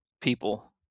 people